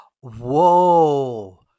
Whoa